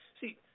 see